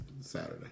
Saturday